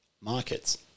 markets